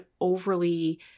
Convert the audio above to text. overly –